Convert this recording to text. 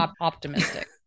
optimistic